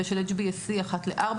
ושל ה-hbsc אחת לארבע